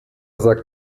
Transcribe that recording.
sagt